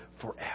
forever